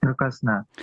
ir kas ne